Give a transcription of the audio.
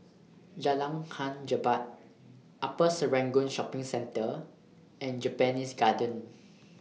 Jalan Hang Jebat Upper Serangoon Shopping Centre and Japanese Garden